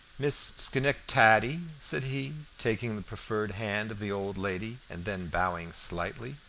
miss schenectady? said he, taking the proffered hand of the old lady and then bowing slightly.